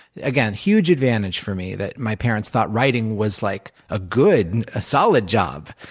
again, huge advantage for me that my parents thought writing was like a good, ah solid job.